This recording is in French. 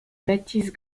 baptise